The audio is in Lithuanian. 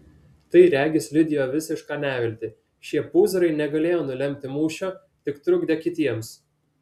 tai regis liudijo visišką neviltį šie pūzrai negalėjo nulemti mūšio tik trukdė kitiems